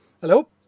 Hello